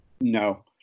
no